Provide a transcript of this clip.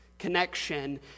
connection